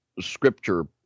scripture